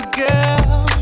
girl